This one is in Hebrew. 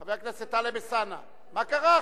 חבר הכנסת טלב אלסאנע, מה קרה עכשיו?